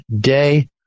day